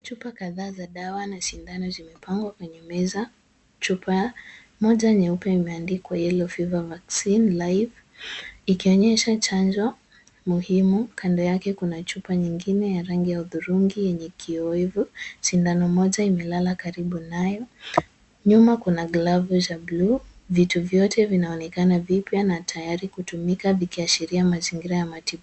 Chupa kadhaa za dawa na sindano zimepangwa kwenye meza. Chupa moja nyeupe imeandikwa Yellow Fever Vaccine Live . Ikionyesha chanjo muhimu kando yake kuna chupa nyingine ya rangi ya hudhurungi yenye kioevu. Sindano moja imelala karibu nayo. Nyuma kuna glavu za bluu. Vitu vyote vinaonekana vipya na tayari kutumika vikiashiria mazingira ya matibabu.